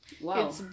Wow